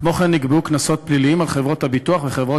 כמו כן נקבעו קנסות פליליים על חברות הביטוח וחברות